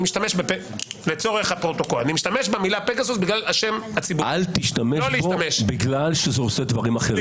משתמש במילה פגסוס בגלל השם הציבורי לצורך הפרוטוקול